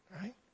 right